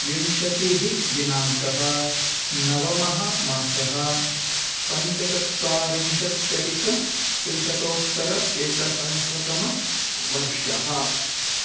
विंशतिः दिनाङ्कः नवमः मासः पञ्चचत्वारिंशत्यधिकत्रिशतोत्तर एकसहस्रतमवर्षः